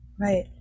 Right